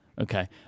Okay